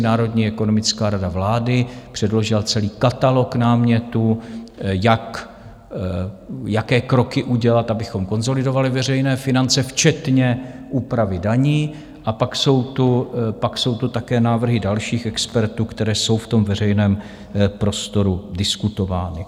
Národní ekonomická rada vlády předložila celý katalog námětů, jaké kroky udělat, abychom konsolidovali veřejné finance, včetně úpravy daní, a pak jsou tu také návrhy dalších expertů, které jsou ve veřejném prostoru diskutovány.